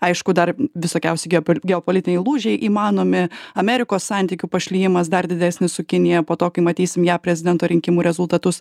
aišku dar visokiausi geopol geopolitiniai lūžiai įmanomi amerikos santykių pašlijimas dar didesnis su kinija po to kai matysime jav prezidento rinkimų rezultatus